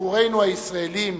עבורנו הישראלים,